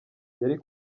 yari